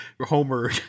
Homer